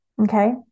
Okay